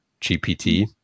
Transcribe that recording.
GPT